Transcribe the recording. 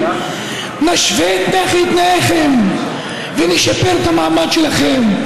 נשווה את תנאיכם ונשפר את המעמד שלכם,